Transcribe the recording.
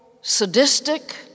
sadistic